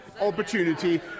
opportunity